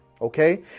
Okay